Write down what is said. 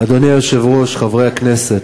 אדוני היושב-ראש, חברי הכנסת,